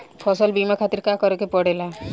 फसल बीमा खातिर का करे के पड़ेला?